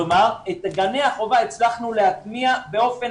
כלומר את גני החובה הצלחנו להטמיע באופן